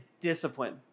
discipline